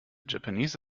japanese